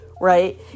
Right